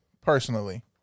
Personally